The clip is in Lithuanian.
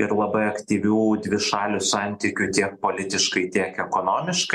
ir labai aktyvių dvišalių santykių tiek politiškai tiek ekonomiškai